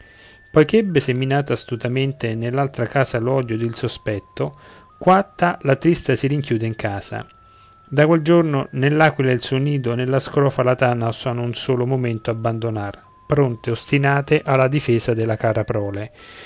seminato astutamente nell'altra casa l'odio ed il sospetto quatta la trista si rinchiude in casa da quel giorno né l'aquila il suo nido né la scrofa la tana osano un solo momento abbandonar pronte ostinate alla difesa della cara prole